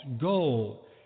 goal